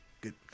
good